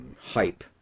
hype